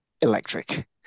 electric